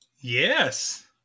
Yes